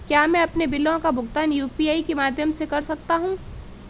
क्या मैं अपने बिलों का भुगतान यू.पी.आई के माध्यम से कर सकता हूँ?